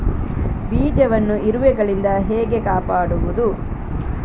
ಬೀಜವನ್ನು ಇರುವೆಗಳಿಂದ ಹೇಗೆ ಕಾಪಾಡುವುದು?